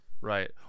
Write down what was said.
Right